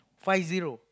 five zero